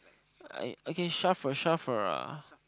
I okay shuffle shuffle ah